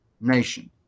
nation